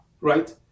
right